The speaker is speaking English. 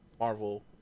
Marvel